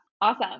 Awesome